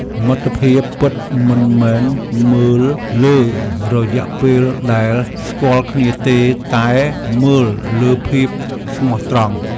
មិត្តភាពពិតមិនមែនមើលលើរយៈពេលដែលស្គាល់គ្នាទេ តែមើលលើភាពស្មោះត្រង់។